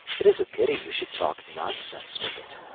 it is a pity you should talk nonsense with it.